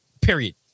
Period